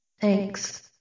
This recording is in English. Thanks